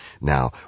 Now